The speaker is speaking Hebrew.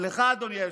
ולך, אדוני היושב-ראש,